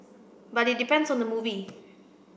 but it depends on the movie